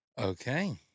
Okay